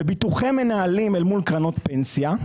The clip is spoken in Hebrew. בביטוחי מנהלים אל מול קרנות פנסיה.